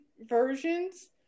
versions